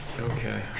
okay